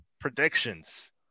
predictions